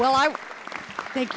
well i thank